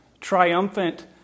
triumphant